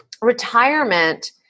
retirement